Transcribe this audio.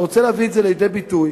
כשאתה רוצה להביא את זה לידי ביטוי,